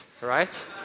right